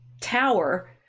tower